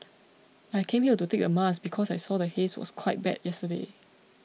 I came here to take the mask because I saw the haze was quite bad yesterday